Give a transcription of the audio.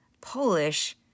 Polish